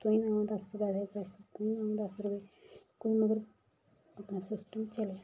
तुसेंगी औन दस पैसे कोई अगर दस रपेऽ कोलां बी अपना सिस्टम चलै